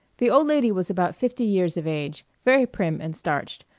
the old lady was about fifty years of age, very prim and starched,